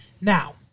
now